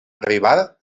arribar